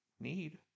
need